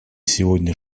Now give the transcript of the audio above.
сегодня